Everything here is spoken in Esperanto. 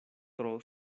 tro